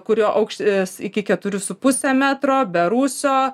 kurio aukštis iki keturių su puse metro be rūsio